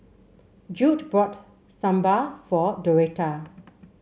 Jude brought Sambar for Doretta